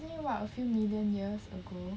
okay what a few million years ago